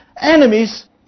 enemies